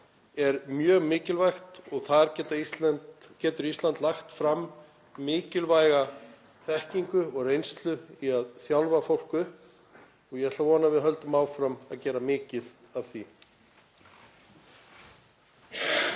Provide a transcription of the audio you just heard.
er mjög mikilvægt. Þar getur Ísland lagt fram mikilvæga þekkingu og reynslu í að þjálfa fólk upp og ég ætla að vona að við höldum áfram að gera mikið af því.